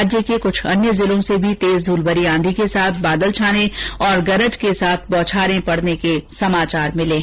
राज्य के कुछ अन्य जिलों से भी तेज धूल भरी आंधी के साथ बादल छाने और गरजन के साथ बौछार होने के समाचार भी मिले हैं